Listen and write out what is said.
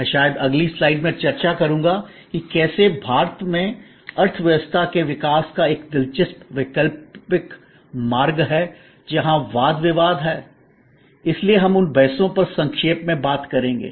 मैं शायद अगली स्लाइड में चर्चा करूंगा कि कैसे भारत में अर्थव्यवस्था के विकास का एक दिलचस्प वैकल्पिक मार्ग है और जहाँ वाद विवाद है इसलिए हम उन बहसों पर संक्षेप में बात करेंगे